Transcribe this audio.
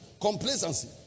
Complacency